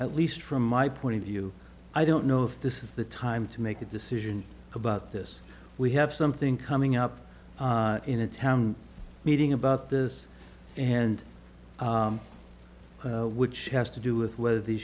at least from my point of view i don't know if this is the time to make a decision about this we have something coming up in a town meeting about this and which has to do with whether the